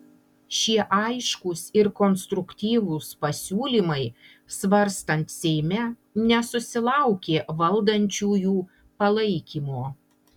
šie aiškūs ir konstruktyvūs pasiūlymai svarstant seime nesusilaukė valdančiųjų palaikymo